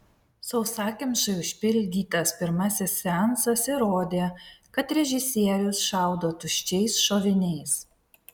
sausakimšai užpildytas pirmasis seansas įrodė kad režisierius šaudo tuščiais šoviniais